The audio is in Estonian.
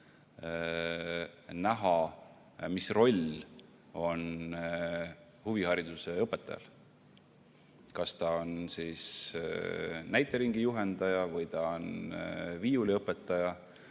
näha, mis roll on huvihariduse õpetajal, kas ta on siis näiteringi juhendaja, viiuliõpetaja